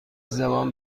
زبان